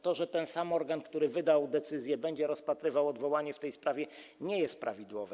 To, że ten sam organ, który wydał decyzję, będzie rozpatrywał odwołanie w tej sprawie, nie jest prawidłowe.